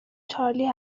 چارلی